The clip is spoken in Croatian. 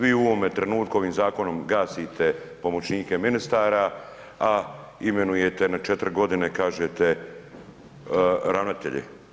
Vi u ovome trenutku ovim zakonom gasite pomoćnike ministara, a imenujete na četiri godine kažete ravnatelje.